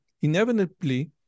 inevitably